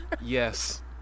Yes